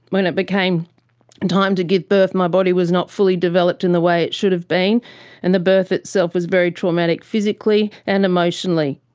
when it became and time to give birth my body was not fully developed in the way it should have been and the birth itself was very traumatic physically and emotionally.